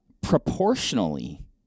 proportionally